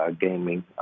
gaming